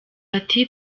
ati